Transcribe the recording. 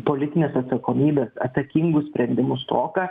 politinės atsakomybės atsakingų sprendimų stoką